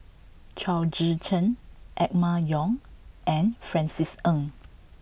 Chao Tzee Cheng Emma Yong and Francis Ng